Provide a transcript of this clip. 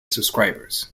subscribers